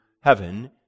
heaven